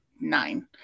nine